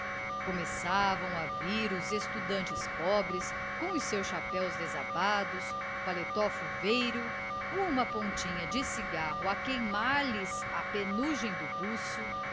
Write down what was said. começavam a vir estudantes pobres com os seus chapéus desabados o paletó fouveiro uma pontinha de cigarro a queimar lhes a penugem do buço